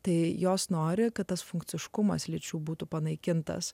tai jos nori kad tas funkciškumas lyčių būtų panaikintas